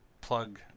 plug